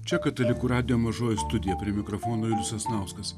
čia katalikų radijo mažoji studija prie mikrofono julius sasnauskas